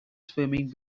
swimming